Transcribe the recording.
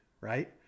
right